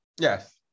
Yes